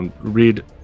read